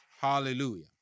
Hallelujah